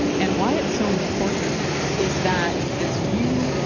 and why it's so important is that it's you,